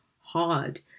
hard